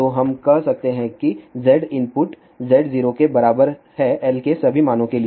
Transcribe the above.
तो हम कह सकते हैं कि Z इनपुट Z0 के बराबर है L के सभी मानों के लिए